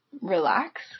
relax